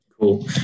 Cool